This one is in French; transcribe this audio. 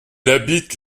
habite